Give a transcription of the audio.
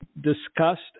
discussed